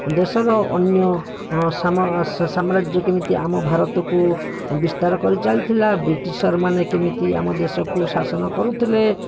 ଦେଶର ଅନ୍ୟ ସମ୍ରାଜ୍ୟ କେମିତି ଆମ ଭାରତକୁ ବିସ୍ତାର କରିଚାଲିଥିଲା ବ୍ରିଟିଶର ମାନେ କେମିତି ଆମ ଦେଶକୁ ଶାସନ କରୁଥିଲେ